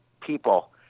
people